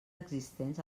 existents